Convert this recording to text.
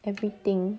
everything